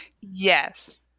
Yes